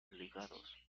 ligados